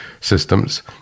systems